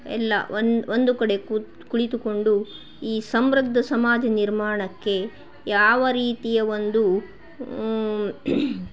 ಎಲ್ಲ ಒಂದು ಒಂದು ಕಡೆ ಕೂತು ಕುಳಿತುಕೊಂಡು ಈ ಸಮೃದ್ಧ ಸಮಾಜ ನಿರ್ಮಾಣಕ್ಕೆ ಯಾವ ರೀತಿಯ ಒಂದು